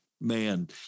Man